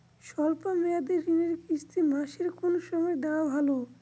শব্দ মেয়াদি ঋণের কিস্তি মাসের কোন সময় দেওয়া ভালো?